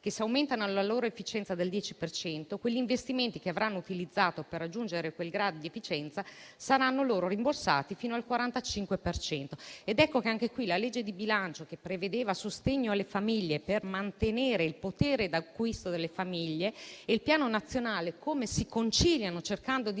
che, se aumentano la loro efficienza del 10 per cento, gli investimenti che avranno utilizzato per raggiungere quel grado di efficienza saranno loro rimborsati fino al 45 per cento. Ed ecco che, anche qui, la legge di bilancio che prevedeva sostegno alle famiglie per mantenere il loro potere d'acquisto e il Piano nazionale si conciliano, cercando di